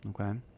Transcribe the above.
Okay